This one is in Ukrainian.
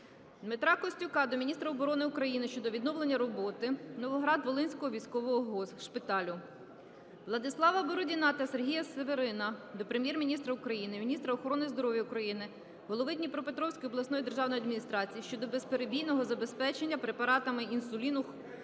Дмитра Костюка до міністра оборони України щодо відновлення роботи Новоград-Волинського військового шпиталю. Владислава Бородіна та Сергія Северина до Прем'єр-міністра України, міністра охорони здоров'я України, голови Дніпропетровської обласної державної адміністрації щодо безперебійного забезпечення препаратами інсуліну хвору